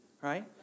right